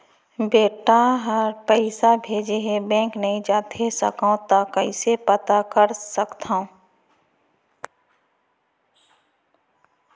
बेटा ह पइसा भेजे हे बैंक नई जाथे सकंव त कइसे पता कर सकथव?